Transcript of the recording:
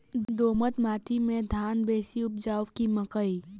दोमट माटि मे धान बेसी उपजाउ की मकई?